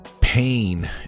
pain